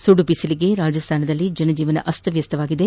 ಸುಡು ಬಿಸಿಲಿಗೆ ರಾಜಸ್ತಾನದಲ್ಲಿ ಜನಜೀವನ ಅಸ್ತವ್ಯಸ್ತವಾಗಿದೆ